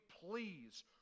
please